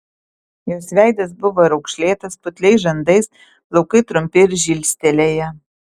jos veidas buvo raukšlėtas putliais žandais plaukai trumpi ir žilstelėję